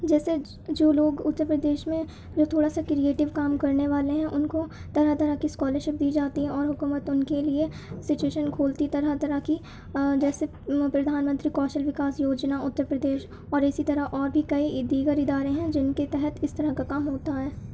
جیسے جو لوگ اتر پردیش میں جو تھوڑا سا کرئیٹو کام کرنے والے ہیں ان کو طرح طرح کی اسکالرشپ دی جاتی ہیں اور حکومت ان کے لیے سچویشن کھولتی طرح طرح کی جیسے پردھان منتری کوشل وکاس یوجنا اتر پردیش اور اسی طرح اور بھی کئی دیگر ادارے ہیں جن کے تحت اس طرح کا کام ہوتا ہے